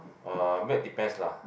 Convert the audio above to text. uh milk depends lah